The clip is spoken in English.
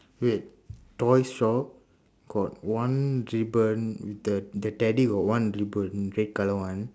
wait toy shop got one ribbon with the the teddy got one ribbon red colour [one]